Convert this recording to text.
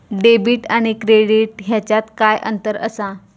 Debit आणि credit ह्याच्यात काय अंतर असा?